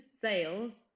sales